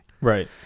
Right